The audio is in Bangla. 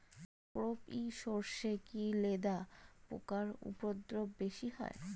কোপ ই সরষে কি লেদা পোকার উপদ্রব বেশি হয়?